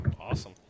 Awesome